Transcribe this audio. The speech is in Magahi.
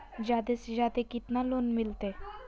जादे से जादे कितना लोन मिलते?